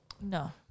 No